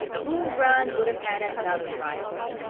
bull run would have had another rival.